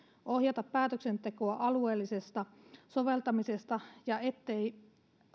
ohjata päätöksentekoa alueellisesta soveltamisesta ja ettei